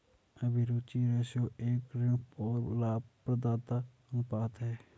अभिरुचि रेश्यो एक ऋण और लाभप्रदता अनुपात है